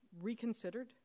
reconsidered